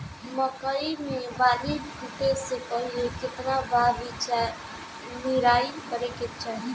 मकई मे बाली फूटे से पहिले केतना बार निराई करे के चाही?